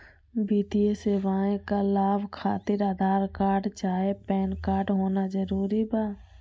वित्तीय सेवाएं का लाभ खातिर आधार कार्ड चाहे पैन कार्ड होना जरूरी बा?